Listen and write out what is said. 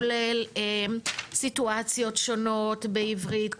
כולל סיטואציות שונות בעברית,